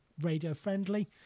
radio-friendly